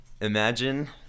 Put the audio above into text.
imagine